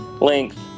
Length